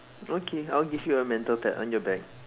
okay I'll give you a mental pat on your back